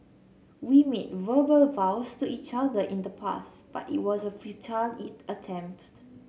we made verbal vows to each other in the past but it was a futile attempt